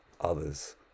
others